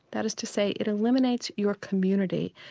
that is to say it eliminates your community,